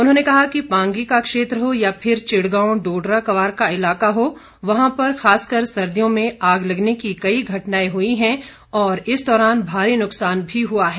उन्होंने कहा कि पांगी का क्षेत्र हो या फिर चिड़गांव डोडरा क्वार का इलाका हो वहां पर खासकर सर्दियों में आग लगने की कई घटनाएं हुई हैं और इस दौरान भारी नुकसान भी हुआ है